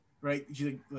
right